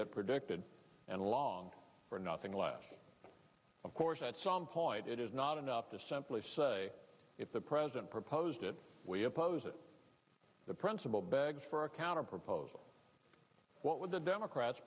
that predicted and long for nothing left of course at some point it is not enough to simply say if the president proposed it we oppose it the principle begs for a counter proposal what would the democrats